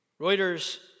Reuters